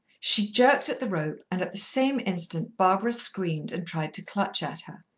she jerked at the rope, and at the same instant barbara screamed and tried to clutch at her.